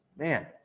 Man